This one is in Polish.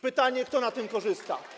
Pytanie, kto na tym korzysta.